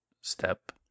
step